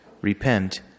Repent